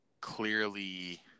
clearly